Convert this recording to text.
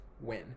Win